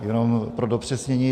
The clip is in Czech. Jenom pro dopřesnění.